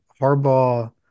Harbaugh